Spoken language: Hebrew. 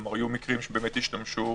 כלומר, היו מקרים שבאמת השתמשו